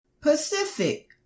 Pacific